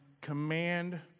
command